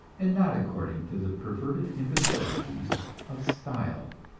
and not according to the perverted imbecilities of style.